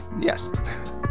yes